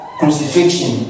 crucifixion